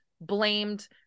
blamed